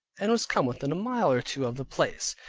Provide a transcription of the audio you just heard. and was come within a mile or two of the place.